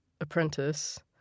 apprentice